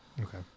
okay